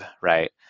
right